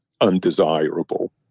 undesirable